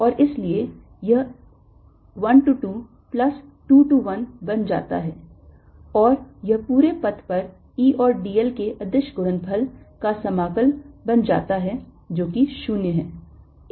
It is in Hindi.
और इसलिए यह 1 to 2 plus 2 to 1 बन जाता है और यह पूरे पथ पर E और dl के अदिश गुणनफल का समाकल बन जाता है जो कि 0 है